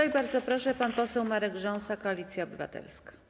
I bardzo proszę, pan poseł Marek Rząsa, Koalicja Obywatelska.